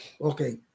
Okay